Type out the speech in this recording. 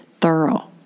thorough